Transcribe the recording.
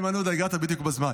אוה, איימן עודה, הגעת בדיוק בזמן,